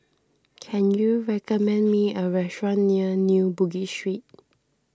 can you recommend me a restaurant near New Bugis Street